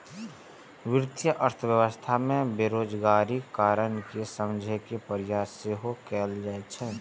वित्तीय अर्थशास्त्र मे बेरोजगारीक कारण कें समझे के प्रयास सेहो कैल जाइ छै